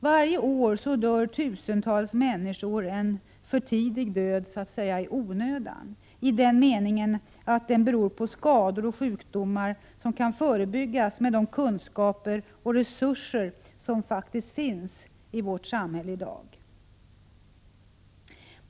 Varje år dör tusentals människor en för tidig död, så att säga i onödan, i den meningen att den beror på skador och sjukdomar, som kan förebyggas med de kunskaper och resurser som finns i vårt samhälle i dag.